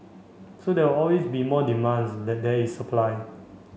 so there always be more demands that there is supply